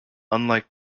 unlike